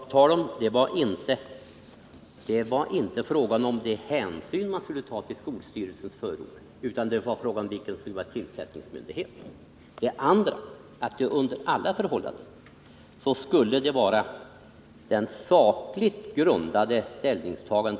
Det var inte fråga om de hänsyn som man skulle ta till skolstyrelsens förord, utan det var fråga om vilken myndighet som var tillsättningsmyndigheten. För det andra skulle man under alla förhållanden ta hänsyn till skolstyrelsens sakligt grundade ställningstagande.